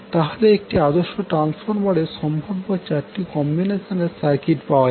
তাহলে একটি আদর্শ ট্রান্সফরমারের সম্ভাব্য চারটি কম্বিনেশনের সার্কিট পাওয়া যাবে